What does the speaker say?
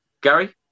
Gary